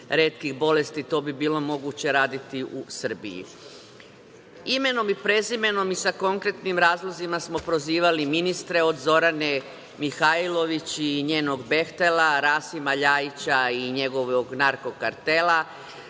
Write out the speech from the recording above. retkih bolesti. To bi bilo moguće raditi u Srbiji. Imenom i prezimenom i sa konkretnim razlozima smo prozivali ministre, od Zorane Mihajlović i njenog "Behtela", Rasima Ljajića i njegovog narko-kartela,